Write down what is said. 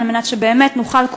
על מנת שבאמת נוכל,